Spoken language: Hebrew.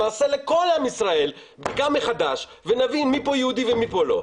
נעשה לכל עם ישראל בדיקה מחדש ונבין מי פה יהודי ומי פה לא.